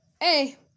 Hey